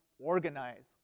organize